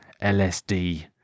LSD